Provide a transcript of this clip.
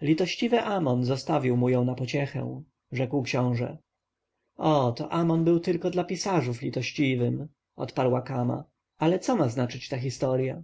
litościwy amon zostawił mu ją na pociechę rzekł książę o to amon był tylko dla pisarzów litościwym odparła kama ale co ma znaczyć ta historja